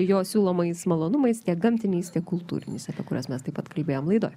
jo siūlomais malonumais tiek gamtiniais tiek kultūriniais apie kuriuos mes taip pat kalbėjom laidoj